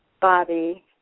Bobby